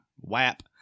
WAP